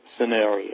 scenario